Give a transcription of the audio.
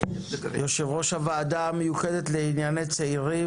ראש הוועדה המיוחדת לענייני צעירים,